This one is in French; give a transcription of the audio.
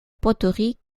poterie